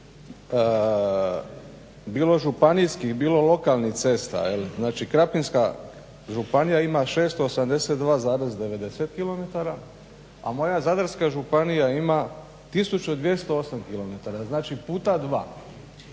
bilo županijskih, bilo lokalnih cesta, znači Krapinska županija ima 682,90 km, a moja Zadarska županija ima 1208 km, znači puta 2.